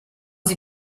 sie